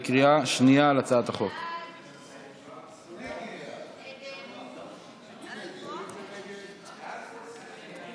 ההסתייגות (7) לחלופין (ה) של קבוצת סיעת ישראל ביתנו וקבוצת סיעת ימינה